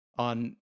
on